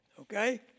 okay